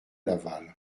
laval